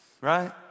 right